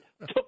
took